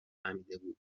فهمیدهبود